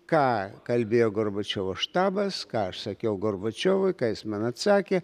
ką kalbėjo gorbočiovo štabas ką aš sakiau gorbočiovui ką jis man atsakė